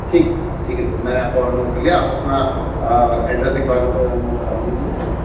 ٹھیک ہے ٹھیک ہے ٹھیک ہے سر میں نے آپ کا آڈر نوٹ کر لیا آپ اپنا ایڈریس ایک بار نوٹ کرا دیجیے مجھے